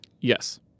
Yes